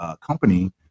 company